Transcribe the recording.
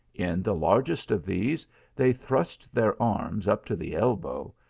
in the largest of these they thrust their arms up to the elbow,